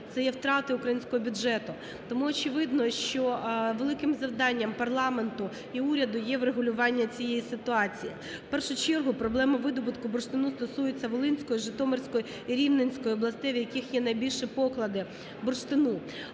це є втрати українського бюджету. Тому очевидно, що великим завданням парламенту і уряду є врегулювання цієї ситуації. В першу чергу, проблема видобутку бурштину стосується Волинської, Житомирської і Рівненської областей, в яких є найбільші поклади бурштину.